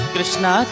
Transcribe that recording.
Krishna